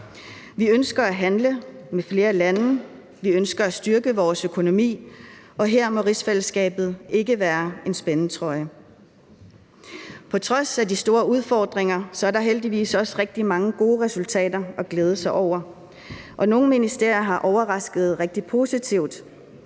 Vi ønsker at handle med flere lande, vi ønsker at styrke vores økonomi, og her må rigsfællesskabet ikke være en spændetrøje. På trods af de store udfordringer er der heldigvis også rigtig mange gode resultater at glæde sig over, og nogle ministerier har overrasket rigtig positivt,